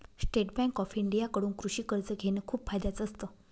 state Bank of India कडून कृषि कर्ज घेण खूप फायद्याच असत